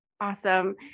Awesome